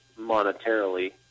monetarily